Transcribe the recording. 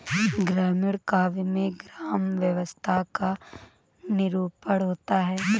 ग्रामीण काव्य में ग्राम्य व्यवस्था का निरूपण होता है